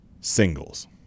Singles